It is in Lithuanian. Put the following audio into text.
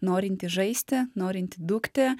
norintį žaisti norintį dukti